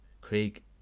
Craig